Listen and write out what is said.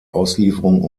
auslieferung